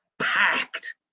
Packed